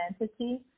entity